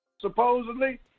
Supposedly